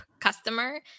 customer